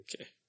Okay